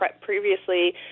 previously